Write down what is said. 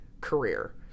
career